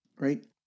right